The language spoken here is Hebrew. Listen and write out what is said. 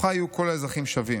בתוכה יהיו כל האזרחים שווים.